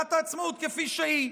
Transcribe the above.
מגילת העצמאות כפי שהיא.